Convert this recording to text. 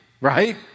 right